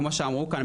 כמו שאמרו כאן,